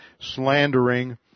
slandering